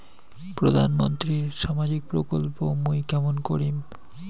প্রধান মন্ত্রীর সামাজিক প্রকল্প মুই কেমন করিম?